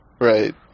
Right